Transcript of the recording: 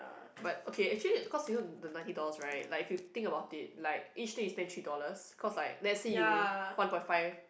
but okay actually cause you know the ninety dollars right like if you think about it like each day you spend three dollars cause like let's say you one point five